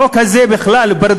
החוק הזה הוא פרדוקסלי,